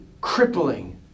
crippling